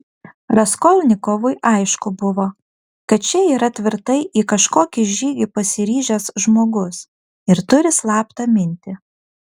raskolnikovui aišku buvo kad čia yra tvirtai į kažkokį žygį pasiryžęs žmogus ir turi slaptą mintį